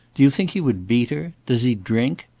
do you think he would beat her? does he drink?